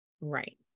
Right